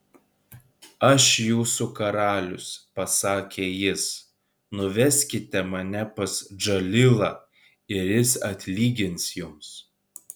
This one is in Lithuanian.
aš jūsų karalius pasakė jis nuveskite mane pas džalilą ir jis atlygins jums